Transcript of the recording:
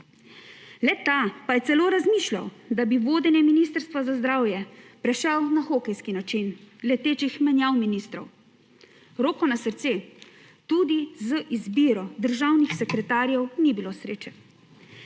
Le-ta pa je celo razmišlja, da bi vodenje Ministrstva za zdravje prešlo na hokejski način letečih menjav ministrov. Roko na srce, tudi z izbiro državnih sekretarjev ni bilo sreče.